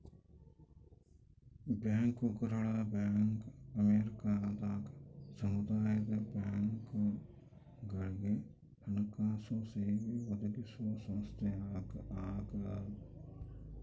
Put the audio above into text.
ಬ್ಯಾಂಕರ್ಗಳ ಬ್ಯಾಂಕ್ ಅಮೇರಿಕದಾಗ ಸಮುದಾಯ ಬ್ಯಾಂಕ್ಗಳುಗೆ ಹಣಕಾಸು ಸೇವೆ ಒದಗಿಸುವ ಸಂಸ್ಥೆಯಾಗದ